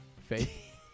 Faith